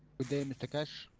good day mr keshe.